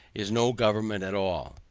is no government at all,